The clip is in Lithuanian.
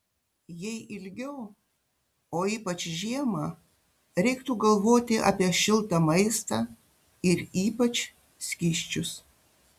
jei ilgiau o ypač žiemą reiktų galvoti apie šiltą maistą ir ypač skysčius